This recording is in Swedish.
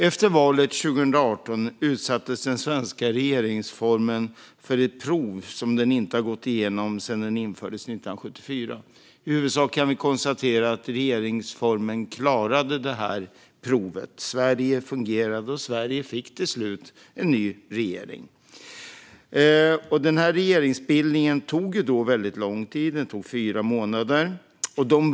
Efter valet 2018 utsattes den svenska regeringsformen för ett prov som den inte har gått igenom sedan den infördes 1974. Vi kan i huvudsak konstatera att regeringsformen klarade detta prov. Sverige fungerade och fick till slut en ny regering. Regeringsbildningen tog väldigt lång tid, fyra månader.